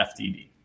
FDD